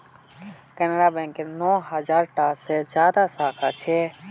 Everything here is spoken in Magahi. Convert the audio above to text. केनरा बैकेर नौ हज़ार टा से ज्यादा साखा छे